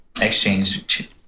exchange